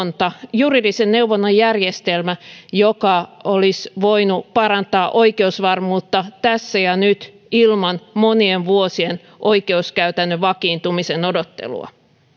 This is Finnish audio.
juridisen neuvonnan järjestelmä joka olisi voinut parantaa oikeusvarmuutta tässä ja nyt ilman monien vuosien oikeuskäytännön vakiintumisen odottelua